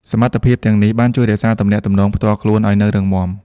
សមត្ថភាពទាំងនេះបាន ជួយរក្សាទំនាក់ទំនងផ្ទាល់ខ្លួនឲ្យនៅរឹងមាំ។